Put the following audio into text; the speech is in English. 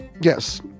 yes